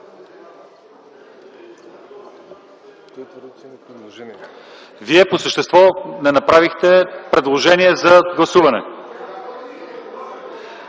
Вие по същество не направихте предложение за гласуване.